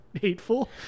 hateful